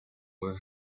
were